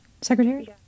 secretary